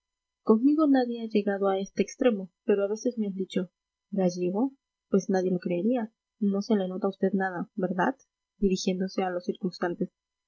conmigo nadie ha llegado a este extremo pero a veces me han dicho gallego pues nadie lo creería no se le nota a usted nada verdad dirigiéndose a los